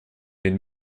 den